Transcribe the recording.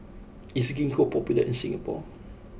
is Ginkgo popular in Singapore